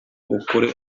ukuri